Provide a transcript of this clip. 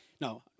no